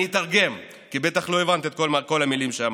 אני אתרגם, כי בטח לא הבנת את כל המילים שאמרתי: